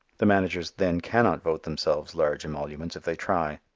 the managers then cannot vote themselves large emoluments if they try.